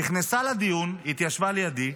נכנסה לדיון, התיישבה לידי,